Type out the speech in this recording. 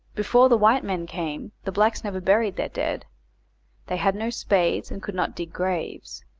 before the white men came the blacks never buried their dead they had no spades and could not dig graves.